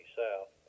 south